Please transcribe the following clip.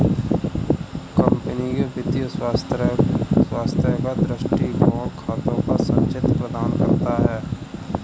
company के वित्तीय स्वास्थ्य का दृष्टिकोण खातों का संचित्र प्रदान करता है